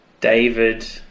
David